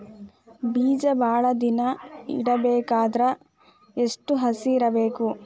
ಬೇಜ ಭಾಳ ದಿನ ಇಡಬೇಕಾದರ ಎಷ್ಟು ಹಸಿ ಇರಬೇಕು?